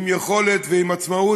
עם יכולת ועם עצמאות,